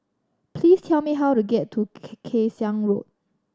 please tell me how to get to Kay Siang Road